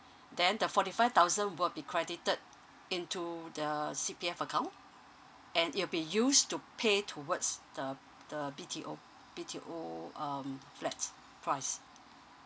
then the forty five thousand will be credited into the C_P_F account and it'll be used to pay towards the the B_T_O B_T_O um flat price